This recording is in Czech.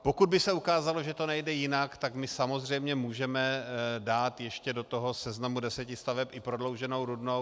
Pokud by se ukázalo, že to nejde jinak, tak my samozřejmě můžeme dát ještě do toho seznamu deseti staveb i prodlouženou Rudnou.